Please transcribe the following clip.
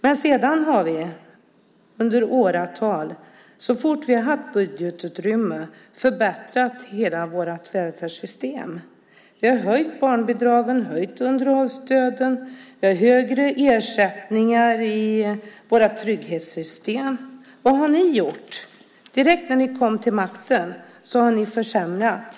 Men sedan har vi under åratal så fort vi har haft budgetutrymme förbättrat hela vårt välfärdssystem. Vi har höjt barnbidragen och höjt underhållsstöden. Vi har högre ersättningar i våra trygghetssystem. Vad har ni gjort? Direkt när ni kom till makten har ni försämrat.